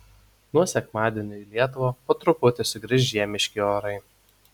nuo sekmadienio į lietuvą po truputį sugrįš žiemiški orai